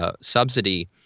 subsidy